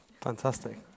Fantastic